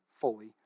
fully